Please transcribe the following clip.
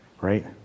right